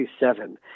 27